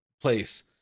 place